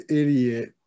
idiot